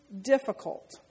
difficult